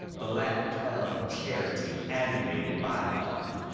the latin term of charity animated by love.